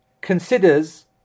considers